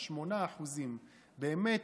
8%. באמת,